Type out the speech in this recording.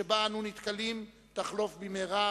שבה אנו נתקלים, תחלוף במהרה,